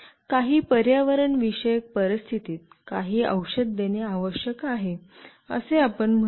काही पर्यावरणविषयक परिस्थितीत काही औषध देणे आवश्यक आहे असे आपण म्हणूया